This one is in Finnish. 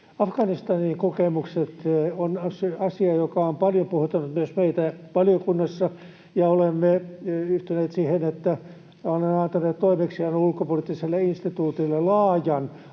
Afganistanin kokemukset ovat asia, joka on paljon puhuttanut myös meitä valiokunnassa, ja olemme yhtyneet siihen, että olemme antaneet toimeksiannon Ulkopoliittiselle instituutille laajan